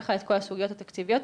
את כל הסוגיות התקציביות,